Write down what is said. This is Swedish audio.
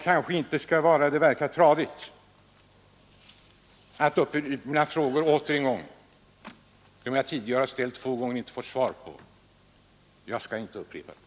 Det skulle verka tradigt att återigen upprepa de frågor som jag redan ställt två gånger men inte fått svar på. Jag skall inte upprepa dem.